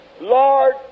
Lord